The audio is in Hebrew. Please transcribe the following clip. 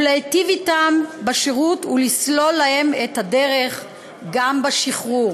להיטיב אתם בשירות ולסלול להם את הדרך גם בשחרור.